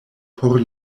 por